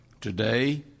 Today